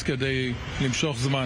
הכנסת.